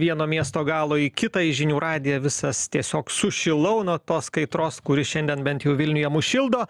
vieno miesto galo į kitą į žinių radiją visas tiesiog sušilau nuo tos kaitros kuri šiandien bent jau vilniuje mus šildo